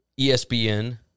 ESPN